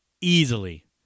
easily